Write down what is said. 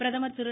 பிரதமர் திரு